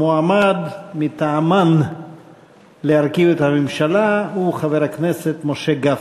המועמד מטעמן להרכיב את הממשלה הוא חבר הכנסת משה גפני.